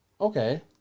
Okay